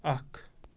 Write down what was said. اَکھ